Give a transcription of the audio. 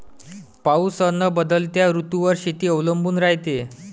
पाऊस अन बदलत्या ऋतूवर शेती अवलंबून रायते